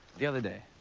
the other day,